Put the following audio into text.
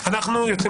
אנחנו הגענו